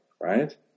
right